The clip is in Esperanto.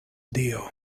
dio